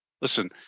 Listen